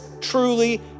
truly